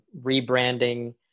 rebranding